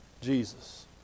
Jesus